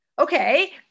Okay